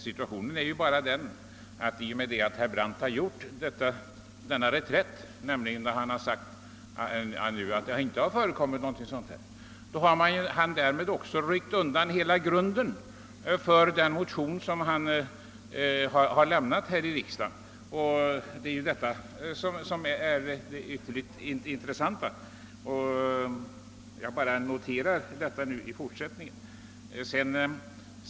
Situationen är emellertid den att herr Brandt i och med denna reträtt ryckt undan hela grunden för den motion som han lämnat. Det är detta som är det intressanta, vilket jag också noterat med tanke på den fortsatta debatten.